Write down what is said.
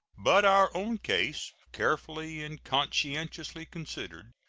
but our own case, carefully and conscientiously considered,